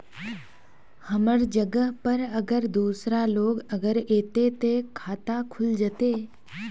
हमर जगह पर अगर दूसरा लोग अगर ऐते ते खाता खुल जते?